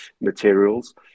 materials